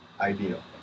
ideal